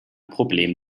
problem